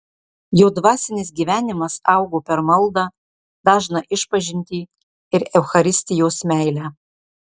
jo dvasinis gyvenimas augo per maldą dažną išpažintį ir eucharistijos meilę